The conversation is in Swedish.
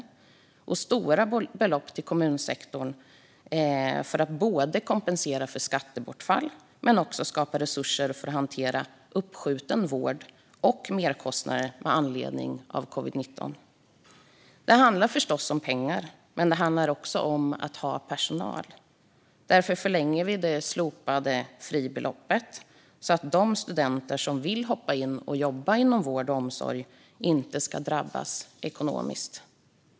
Stora belopp har gått till kommunsektorn för att både kompensera för skattebortfallet och skapa resurser för att hantera uppskjuten vård och merkostnader med anledning av covid-19. Det handlar förstås om pengar, men det handlar också om att ha personal. Därför förlänger vi det slopade fribeloppet så att de studenter som vill hoppa in och jobba inom vård och omsorg inte ska drabbas ekonomiskt.